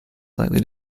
slightly